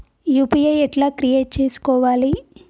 UPI ఎట్లా create చేసుకోవాలి?